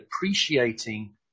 appreciating